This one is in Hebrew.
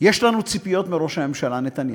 יש לנו ציפיות מראש הממשלה נתניהו,